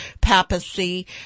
papacy